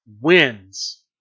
wins